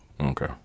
Okay